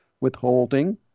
withholding